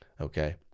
Okay